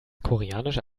koreanische